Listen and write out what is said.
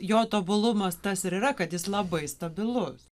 jo tobulumas tas ir yra kad jis labai stabilus